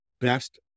best